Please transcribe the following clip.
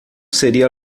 seria